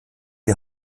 die